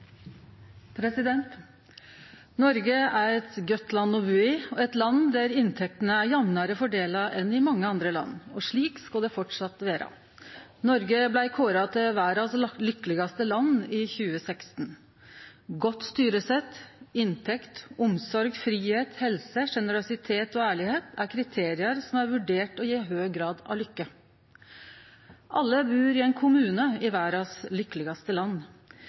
minutter. Noreg er eit godt land å bu i. Det er eit land der inntektene er jamnare fordelte enn i mange andre land – og slik skal det framleis vere. Noreg blei kåra til verdas lykkelegaste land i 2016. Godt styresett, inntekt, omsorg, fridom, helse, sjenerøsitet og ærlegdom er kriterium som er vurderte til å gje høg grad av lykke. Alle bur i ein kommune i verdas lykkelegaste land.